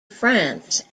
france